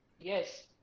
Yes